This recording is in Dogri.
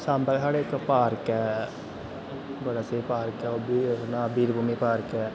साम्बै साढ़े इक पार्क ऐ बड़ा स्हेई पार्क ऐ ओह् बी अपना वीर भूमि पार्क ऐ